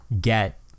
get